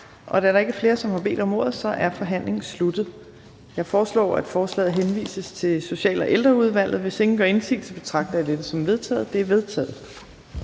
Da der ikke er flere, som har bedt om ordet, er forhandlingen sluttet. Jeg foreslår, at forslaget henvises til Social- og Ældreudvalget. Hvis ingen gør indsigelse, betragter jeg dette som vedtaget. Det er vedtaget.